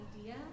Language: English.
idea